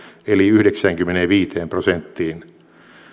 eli yhdeksäänkymmeneenviiteen prosenttiin